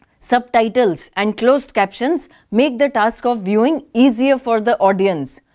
subtitles and closed captions make the task of viewing easier for the audience.